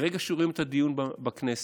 מרגע שרואים את הדיון בכנסת,